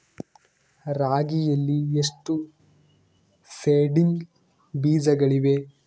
ರಾಗಿಯಲ್ಲಿ ಎಷ್ಟು ಸೇಡಿಂಗ್ ಬೇಜಗಳಿವೆ?